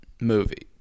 movie